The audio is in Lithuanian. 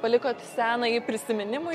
palikot senąjį prisiminimui